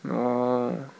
orh